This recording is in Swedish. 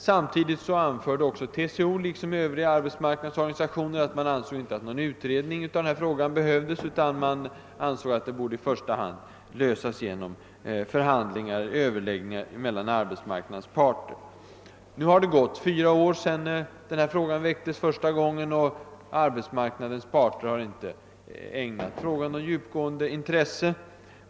Samtidigt sade TCO liksom övriga arbetsmarknadsorganisationer att en utredning av frågan inte behövdes, då man ansåg att den borde lösas i första hand genom överläggningar mellan arbetsmarknadens parter. Det har nu gått fyra år sedan denna fråga väcktes första gången, och arbetsmarknadens parter har inte ägnat frågan något djupgående intresse.